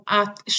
att